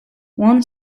one